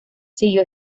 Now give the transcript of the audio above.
siguió